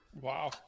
wow